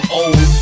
old